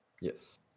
Yes